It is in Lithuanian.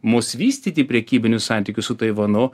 mus vystyti prekybinius santykius su taivanu